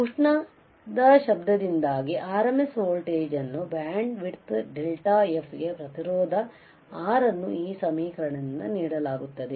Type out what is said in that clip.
ಉಷ್ಣದ ಶಬ್ದದಿಂದಾಗಿ RMS voltage ಅನ್ನು bandwidth delta F ಗೆ ಪ್ರತಿರೋಧ R ಅನ್ನು ಈ ಸಮೀಕರಣದಿಂದ ನೀಡಲಾಗುತ್ತದೆ